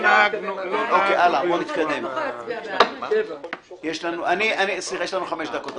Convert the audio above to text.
לא נהגנו ביושרה --- יש לנו חמש דקות.